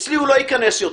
אצלי הוא לא ייכנס יותר.